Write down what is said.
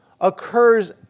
occurs